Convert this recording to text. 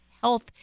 health